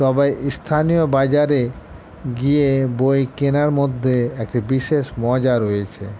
তবে স্থানীয় বাজারে গিয়ে বই কেনার মধ্যে একটি বিশেষ মজা রয়েছে